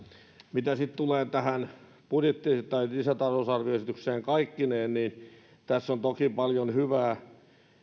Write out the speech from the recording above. mitä sitten tulee tähän lisätalousarvioesitykseen kaikkineen niin tässä on toki paljon hyvää